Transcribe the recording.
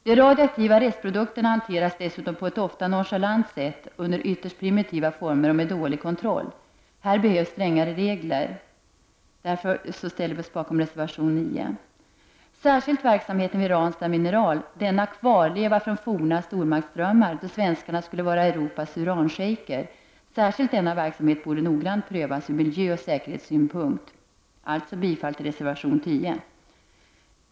De radioaktiva restprodukterna hanteras dessutom ofta på ett nonchalant sätt under ytterst primitiva former och under dålig kontroll. Här behövs strängare regler. Vi ställer oss därför bakom reservation 9. Särskilt verksamheten vid Ranstad Mineral AB, denna kvarleva från forna stormaktsdrömmar då svenskarna skulle vara Europas uranshejker, borde noggrant prövas ur miljöoch säkerhetssynpunkt. Alltså yrkar jag bifall till reservation 10.